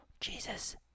Jesus